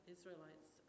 Israelites